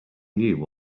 knew